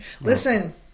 Listen